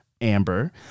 Amber